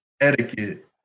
etiquette